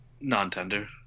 Non-tender